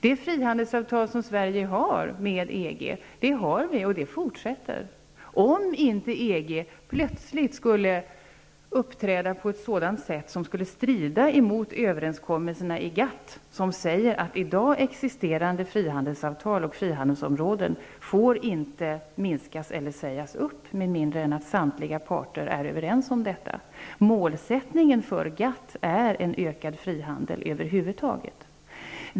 Det frihandelsavtal som Sverige har med EG fortsätter att gälla, om inte EG plötsligt skulle uppträda på ett sådant sätt att det skulle strida mot överenskommelserna i GATT. Dessa överenskommelser säger att i dag existerande frihandelsavtal och frihandelsområde inte får minskas eller sägas upp med mindre än att samtliga parter är överens om detta. Målsättningen för GATT är en ökad frihandel över huvud taget.